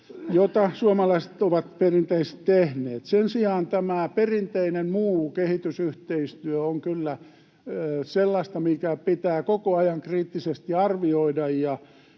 jota suomalaiset ovat perinteisesti tehneet. Sen sijaan tämä perinteinen muu kehitysyhteistyö on kyllä sellaista, mitä pitää koko ajan kriittisesti arvioida.